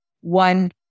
one